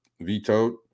vetoed